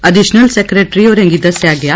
additional secretary होरें गी दस्सेआ गेआ